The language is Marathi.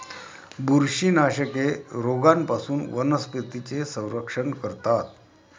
बुरशीनाशके रोगांपासून वनस्पतींचे संरक्षण करतात